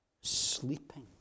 sleeping